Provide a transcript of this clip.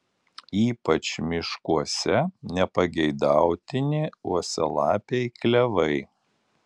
ypač miškuose nepageidautini uosialapiai klevai